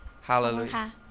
Hallelujah